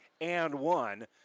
and-one